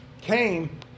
came